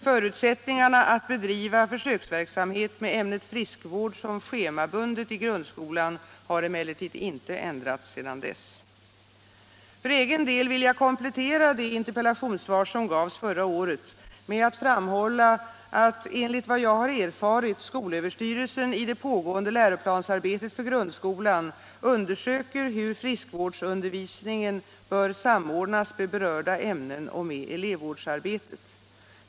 Förutsättningarna att bedriva försöksverksamhet med ämnet friskvård som schemabundet i grundskolan har emellertid inte ändrats sedan dess. För egen del vill jag komplettera det interpellationssvar som gavs förra året med att framhålla att, enligt vad jag har erfarit, skolöverstyrelsen i det pågående läroplansarbetet för grundskolan undersöker hur friskvårdsundervisningen bör samordnas med berörda ämnen och med elevvårdsarbetet.